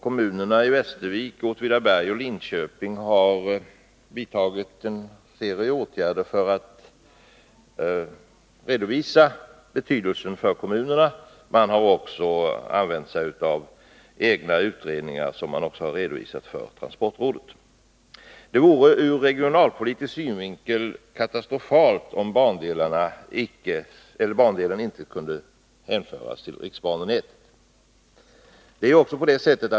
Kommunerna i Västervik, Åtvidaberg och Linköping har vidtagit en serie åtgärder för att redovisa detta, och man har gjort egna utredningar som har redovisats också för transportrådet. Ur regionalpolitisk synvinkel vore det katastrofalt om bandelen inte kunde överföras till riksbanenätet.